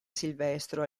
silvestro